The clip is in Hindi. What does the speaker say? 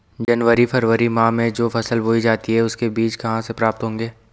जनवरी फरवरी माह में जो फसल बोई जाती है उसके बीज कहाँ से प्राप्त होंगे?